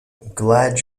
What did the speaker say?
glad